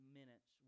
minutes